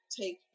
take